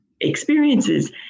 experiences